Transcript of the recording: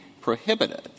prohibited